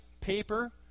paper